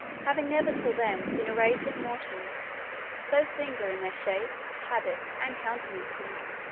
having never till then seen a race of mortals so singular in their shapes, habits, and countenances.